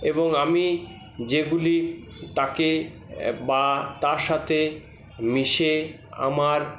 এবং আমি যেগুলি তাকে বা তার সাথে মিশে আমার